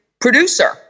producer